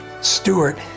Stewart